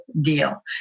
deal